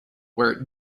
where